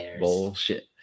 bullshit